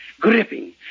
Gripping